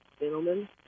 Gentlemen